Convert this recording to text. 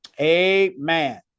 Amen